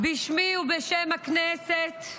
בשמי ובשם הכנסת,